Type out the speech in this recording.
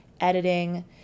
editing